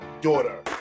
Daughter